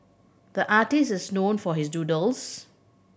the artist is known for his doodles